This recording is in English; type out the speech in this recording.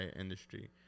industry